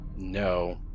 No